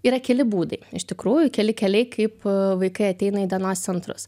yra keli būdai iš tikrųjų keli keliai kaip vaikai ateina į dienos centrus